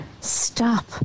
Stop